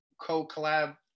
co-collab